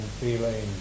feeling